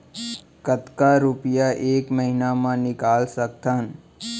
कतका रुपिया एक महीना म निकाल सकथव?